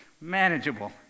manageable